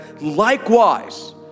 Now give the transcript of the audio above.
likewise